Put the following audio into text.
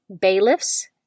bailiffs